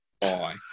bye